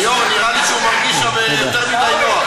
היו"ר, נראה לי שהוא מרגיש שם יותר מדי נוח.